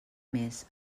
més